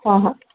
ꯍꯣꯏ ꯍꯣꯏ